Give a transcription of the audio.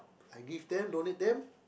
I give them donate them